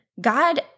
God